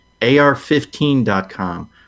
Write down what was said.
ar15.com